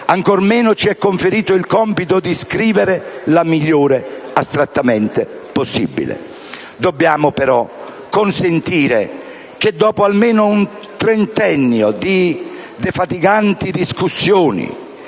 ancor meno ci è conferito il compito di scrivere la migliore astrattamente possibile. Dobbiamo però consentire che dopo almeno un trentennio di defatiganti discussioni,